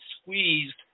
squeezed